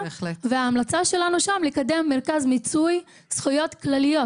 וההמלצה שלנו שם היא לקדם מרכז מיצוי זכויות כלליות,